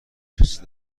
کسی